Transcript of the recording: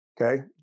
Okay